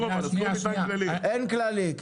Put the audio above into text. אין כללי?